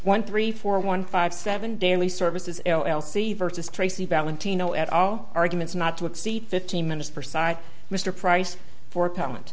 one three four one five seven daily services elsie versus tracy valentino at our arguments not to exceed fifteen minutes for side mr price for talent